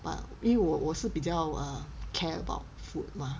but 因为我我是比较 err care about food 嘛